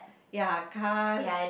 ya cars